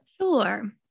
Sure